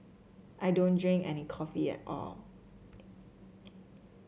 I don't drink any coffee at all